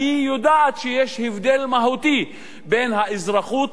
כי היא יודעת שיש הבדל מהותי בין האזרחות